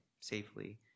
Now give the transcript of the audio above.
safely